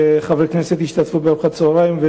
שחברי כנסת השתתפו בארוחת צהריים.